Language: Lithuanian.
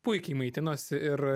puikiai maitinosi ir